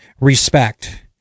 respect